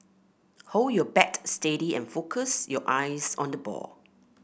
hold your bat steady and focus your eyes on the ball